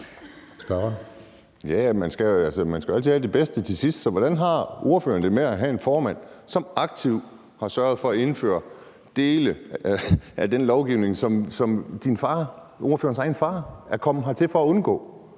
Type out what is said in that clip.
Man skal jo altid have det bedste til sidst, så hvordan har ordføreren det med at have en formand, som aktivt har sørget for at indføre dele af den lovgivning, som ordførerens egen far er kommet hertil for at undgå?